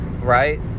right